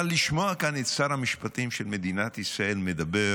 אבל לשמוע כאן את שר המשפטים של מדינת ישראל מדבר